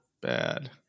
bad